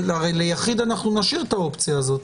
הרי ליחיד אנחנו נשאיר את האופציה הזאת,